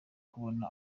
kubona